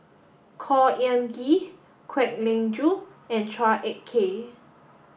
Khor Ean Ghee Kwek Leng Joo and Chua Ek Kay